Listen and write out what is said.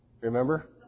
Remember